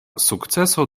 sukceso